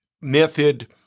method